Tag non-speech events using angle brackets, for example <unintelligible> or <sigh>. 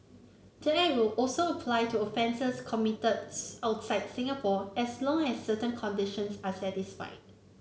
the act will also apply to offences committed <unintelligible> outside Singapore as long as certain conditions are satisfied